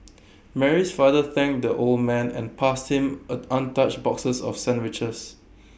Mary's father thanked the old man and passed him an untouched boxes of sandwiches